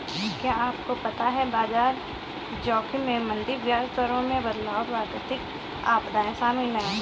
क्या आपको पता है बाजार जोखिम में मंदी, ब्याज दरों में बदलाव, प्राकृतिक आपदाएं शामिल हैं?